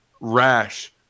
rash